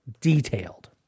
detailed